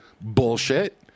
Bullshit